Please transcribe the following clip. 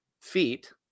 feet